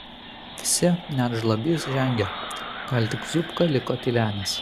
visi net žlabys žengė gal tik zupka liko tylenis